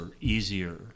easier